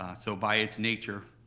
so by its nature,